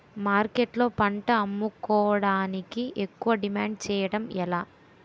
మార్కెట్లో పంట అమ్ముకోడానికి ఎక్కువ డిమాండ్ చేయడం ఎలా?